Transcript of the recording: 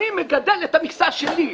אני מגדל את המכסה שלי.